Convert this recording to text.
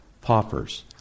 paupers